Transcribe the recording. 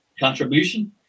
Contribution